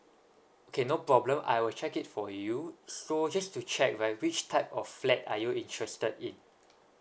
can no problem I will check it for you so just to check right which type of flat are you interested in